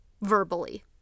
verbally